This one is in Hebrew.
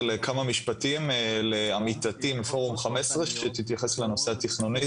לכמה משפטים לעמיתתי מפורום 15 שתתייחס לנושא התכנוני,